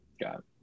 Got